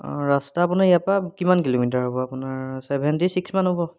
অঁ ৰাস্তা আপোনাৰ ইয়াৰ পৰা কিমান কিলোমিটাৰ হ'ব আপোনাৰ ছেভেণ্টি ছিক্সমান হ'ব